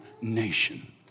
nation